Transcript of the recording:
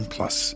Plus